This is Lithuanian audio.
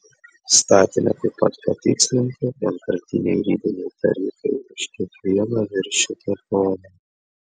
įstatyme taip pat patikslinti vienkartiniai ribiniai tarifai už kiekvieną viršytą toną